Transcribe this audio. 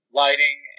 lighting